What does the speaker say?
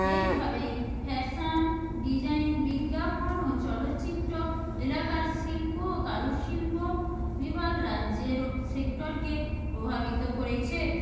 এইভাবেই fashion design বিজ্ঞাপন ও চলচ্চিত্র এলাকার শিল্প ও কারু শিল্প বিভাগ রাজ্যেরও সেক্টরকে প্রভাবিত করেছে